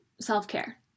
self-care